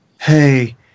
hey